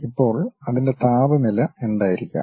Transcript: ഇപ്പോൾ അതിന്റെ താപനില എന്തായിരിക്കാം